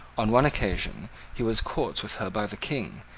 on one occasion he was caught with her by the king,